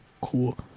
cool